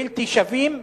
בלתי שווים,